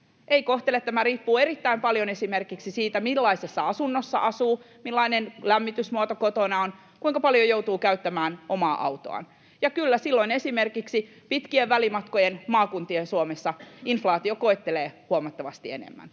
Ei kohtele. Tämä riippuu erittäin paljon esimerkiksi siitä, millaisessa asunnossa asuu, millainen lämmitysmuoto kotona on, kuinka paljon joutuu käyttämään omaa autoaan, ja kyllä silloin esimerkiksi pitkien välimatkojen, maakuntien Suomessa inflaatio koettelee huomattavasti enemmän,